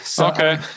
Okay